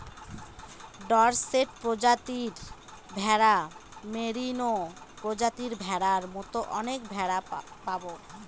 Dorset প্রজাতির ভেড়া, merino প্রজাতির ভেড়ার মতো অনেক পাবো